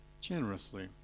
generously